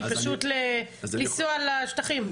פשוט לנסוע לשטחים.